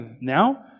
now